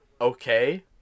Okay